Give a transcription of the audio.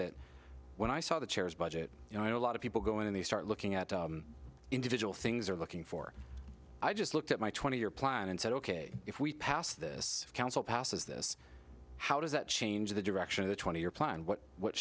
that when i saw the chairs budget you know a lot of people go in and they start looking at individual things are looking for i just looked at my twenty year plan and said ok if we pass this council passes this how does that change the direction of the twenty year plan what what